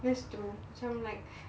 that's true macam like